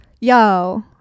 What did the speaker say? yo